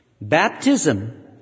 Baptism